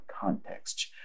context